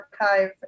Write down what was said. Archive